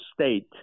state